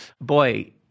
Boy